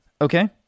Okay